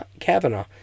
Kavanaugh